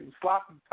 Sloppy